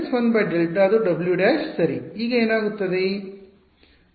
−1 Δ ಅದು w ′ ಸರಿ ಈಗ ಏನಾಗುತ್ತದೆ